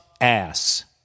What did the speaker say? ass